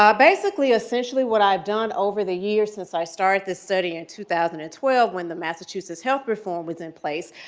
ah basically, essentially what i've done over the years since i started this study in two thousand and twelve when the massachusetts health reform was in place,